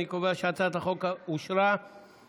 אני קובע שהצעת החוק אושרה אף היא,